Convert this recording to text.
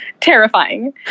terrifying